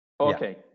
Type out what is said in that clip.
Okay